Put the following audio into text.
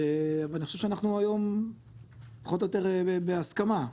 ואני חושב שאנחנו היום פחות או יותר בהסכמה.